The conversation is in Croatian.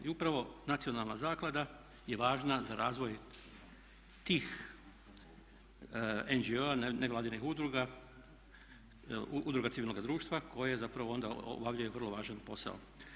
I upravo Nacionalna zaklada je važna za razvoj tih NGO-a nevladinih udruga, udruga civilnoga društva koje zapravo onda obavljaju vrlo važan posao.